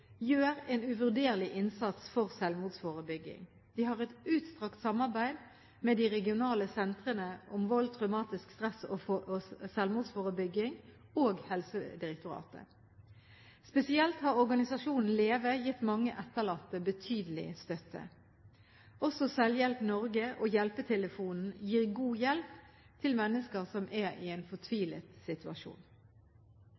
gjør en uvurderlig innsats for selvmordsforebygging. De har et utstrakt samarbeid med de regionale sentrene om vold, traumatisk stress og selvmordsforebygging og Helsedirektoratet. Spesielt har organisasjonen LEVE gitt mange etterlatte betydelig støtte. Også Selvhjelp Norge og Hjelpetelefonen gir god hjelp til mennesker som er i en